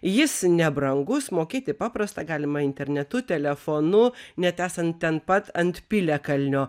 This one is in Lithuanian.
jis nebrangus mokėti paprasta galima internetu telefonu net esant ten pat ant piliakalnio